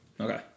Okay